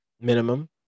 minimum